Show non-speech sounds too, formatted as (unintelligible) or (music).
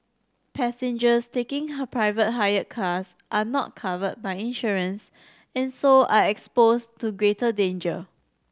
passengers taking (unintelligible) private hire cars are not covered by insurance and so are exposed to greater danger